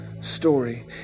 story